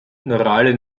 neuronale